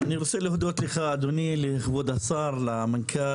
אדוני, אני רוצה להודות לך, לכבוד השר, למנכ"ל.